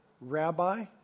rabbi